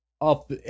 up